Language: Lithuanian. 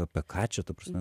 apie ką čia ta prasme